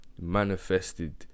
manifested